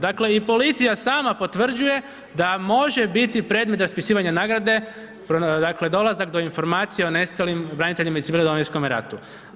Dakle i policija sama potvrđuje da može biti predmet raspisivanja nagrade, dakle, dolazak do informacije o nestalim braniteljima i civilima u Domovinskom ratu.